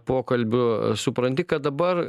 pokalbių supranti kad dabar